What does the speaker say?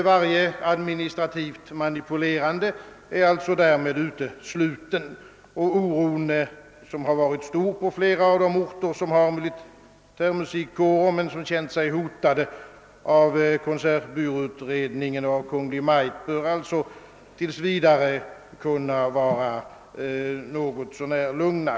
Varje administrativt manipulerande är nu uteslutet, och der oro, som varit stor på flera av de orter som har militärmusikkårer men som känner sig hotade av konsertbyråutredningen och Kungl. Maj:t, kan nu t.v. lägga sig.